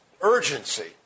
Urgency